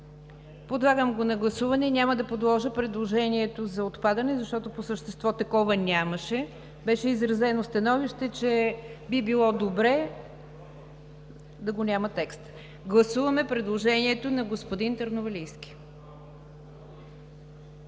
подложа на гласуване предложението за отпадане, защото по същество такова нямаше – беше изразено становище, че би било добре текстът да го няма. Гласуваме предложението на господин Търновалийски.